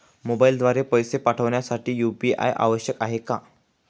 मोबाईलद्वारे पैसे पाठवण्यासाठी यू.पी.आय आवश्यक आहे का?